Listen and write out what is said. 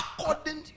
according